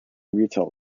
retail